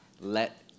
let